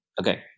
Okay